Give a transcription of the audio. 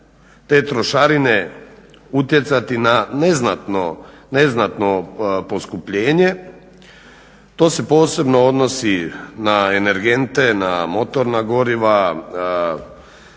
te trošarine utjecati na neznatno poskupljenje. To se posebno odnosi na energente, na motorna goriva.